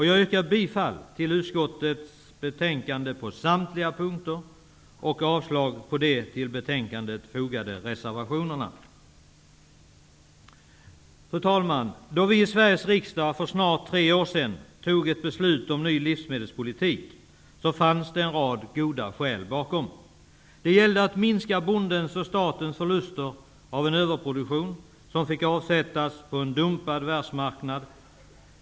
Jag yrkar bifall till utskottets hemställan på samtliga punkter och avslag på de till betänkandet fogade reservationerna. Fru talman! Då vi i Sveriges riksdag för snart tre år sedan fattade beslut om en ny livsmedelspolitik fanns det en rad goda skäl bakom. Det gällde att minska bondens och statens förluster av en överproduktion, som fick avsättas på en dumpad världsmarknad.